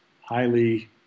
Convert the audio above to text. highly